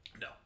No